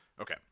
Okay